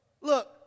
look